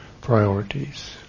priorities